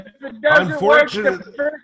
Unfortunately